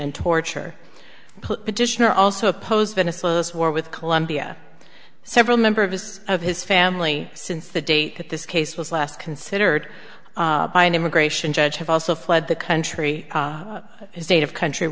and torture petitioner also oppose venizelos war with colombia several member of his of his family since the date that this case was last considered by an immigration judge have also fled the country estate of country